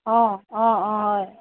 অঁ অঁ হয়